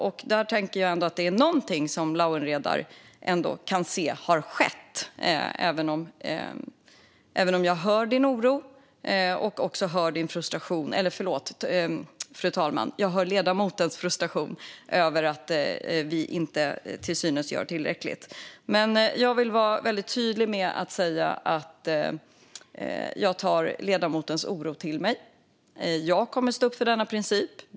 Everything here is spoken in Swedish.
Jag tänker att Lawen Redar då ändå kan se att någonting har skett, även om jag hör ledamotens oro och frustration över att vi till synes inte gör tillräckligt. Men jag vill vara väldigt tydlig med att säga att jag tar ledamotens oro till mig. Jag kommer att stå upp för denna princip.